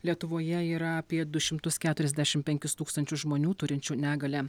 lietuvoje yra apie du šimtus keturiasdešimt penkis tūkstančius žmonių turinčių negalią